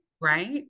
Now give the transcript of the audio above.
Right